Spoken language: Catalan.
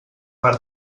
per